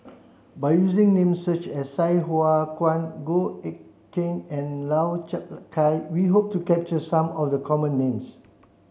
by using names such as Sai Hua Kuan Goh Eck Kheng and Lau Chiap Khai we hope to capture some of the common names